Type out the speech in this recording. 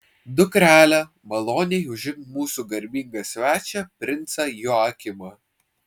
dukrele maloniai užimk mūsų garbingą svečią princą joakimą